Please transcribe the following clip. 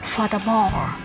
Furthermore